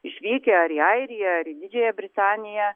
išvykę ar į airiją ar į didžiąją britaniją